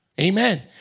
Amen